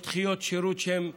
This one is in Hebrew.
יש דחיות שירות שהן במכסה,